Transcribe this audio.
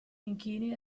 inchini